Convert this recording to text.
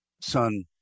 son